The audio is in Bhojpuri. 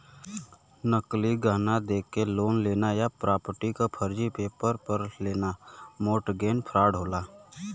नकली गहना देके लोन लेना या प्रॉपर्टी क फर्जी पेपर पर लेना मोर्टगेज फ्रॉड होला